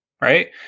right